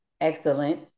excellent